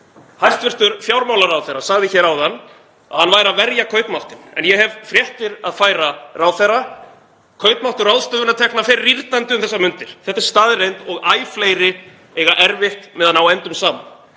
Hæstv. fjármálaráðherra sagði hér áðan að hann væri að verja kaupmáttinn. En ég hef fréttir að færa ráðherra: Kaupmáttur ráðstöfunartekna fer rýrnandi um þessar mundir. Þetta er staðreynd og æ fleiri eiga erfitt með að ná endum saman.